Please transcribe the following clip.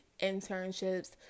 internships